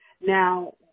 Now